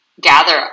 gather